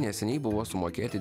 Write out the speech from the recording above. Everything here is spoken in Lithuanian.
neseniai buvo sumokėti